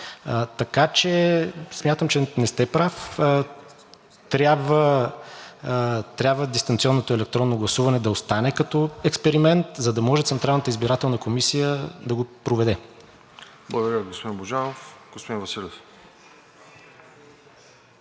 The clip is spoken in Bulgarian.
Така че смятам, че не сте прав. Трябва дистанционното електронно гласуване да остане като експеримент, за да може Централната избирателна комисия да го проведе. ПРЕДСЕДАТЕЛ РОСЕН ЖЕЛЯЗКОВ: Благодаря, господин Божанов. Господин Василев.